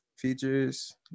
Features